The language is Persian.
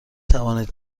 توانید